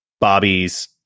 Bobby's